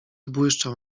błyszczał